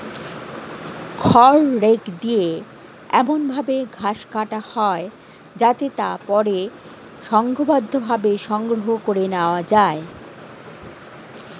খড় রেক দিয়ে এমন ভাবে ঘাস কাটা হয় যাতে তা পরে সংঘবদ্ধভাবে সংগ্রহ করে নেওয়া যায়